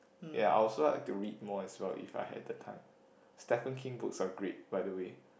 ya I'll also like to read more as well if I had the time Stephen-King books are great by the way